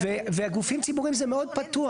והגופים הציבוריים זה מאוד פתוח.